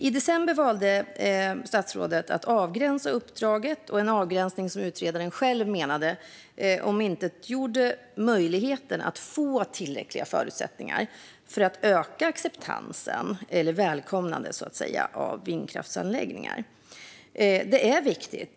I december valde statsrådet att avgränsa uppdraget. Det var en avgränsning som utredaren själv menade omintetgjorde möjligheten att få tillräckliga förutsättningar för att öka acceptansen eller välkomnandet av vindkraftsanläggningar.